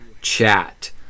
chat